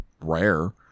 rare